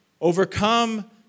overcome